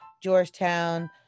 Georgetown